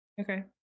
Okay